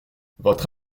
votre